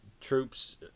troops